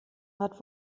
hat